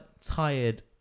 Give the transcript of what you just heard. tired